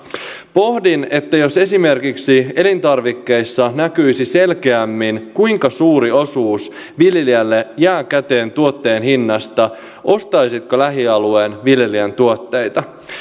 pohdin että jos esimerkiksi elintarvikkeissa näkyisi selkeämmin kuinka suuri osuus viljelijälle jää käteen tuotteen hinnasta niin ostaisitko lähialueen viljelijän tuotteita